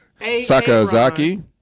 Sakazaki